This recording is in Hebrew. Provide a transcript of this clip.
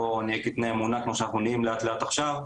נהיה קטני אמונה כמו שאנחנו נהיים לאט לאט עכשיו,